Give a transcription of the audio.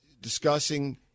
discussing